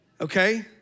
okay